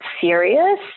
serious